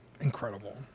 incredible